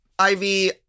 Ivy